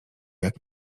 jak